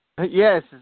Yes